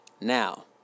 Now